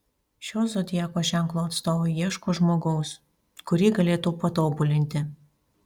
šio zodiako ženklo atstovai ieško žmogaus kurį galėtų patobulinti